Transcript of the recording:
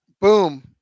boom